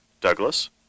Douglas